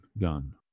gun